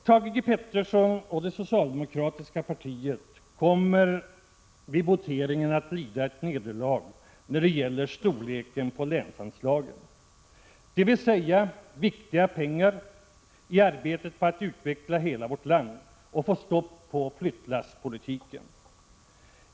Thage G. Peterson och det socialdemokratiska partiet kommer vid voteringen att lida ett nederlag när det gäller storleken på länsanslagen, dvs. viktiga pengar i arbetet på att utveckla hela vårt land och få stopp på flyttlasspolitiken.